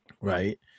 right